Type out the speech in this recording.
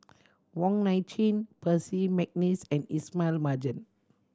Wong Nai Chin Percy McNeice and Ismail Marjan